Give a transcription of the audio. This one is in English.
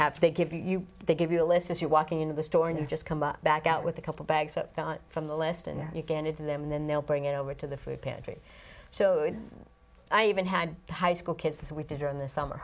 have they give you they give you a list as you're walking into the store and you just come back out with a couple bags from the list and you get into them and then they'll bring it over to the food pantry so i even had high school kids that we did in the summer